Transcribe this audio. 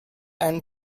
einen